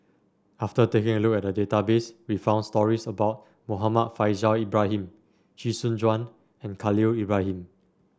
after taking a look at the database we found stories about Muhammad Faishal Ibrahim Chee Soon Juan and Khalil Ibrahim